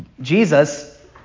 Jesus